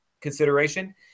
consideration